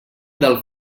del